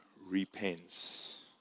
repents